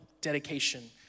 dedication